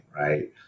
right